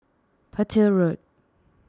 Petir Road